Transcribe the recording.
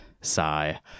sigh